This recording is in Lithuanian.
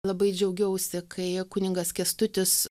labai džiaugiausi kai kunigas kęstutis